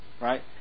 Right